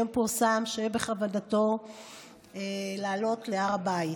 היום פורסם שבכוונתו לעלות להר הבית.